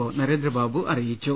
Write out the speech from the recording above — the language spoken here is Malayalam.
ഒ നരേന്ദ്രബാബു അറിയിച്ചു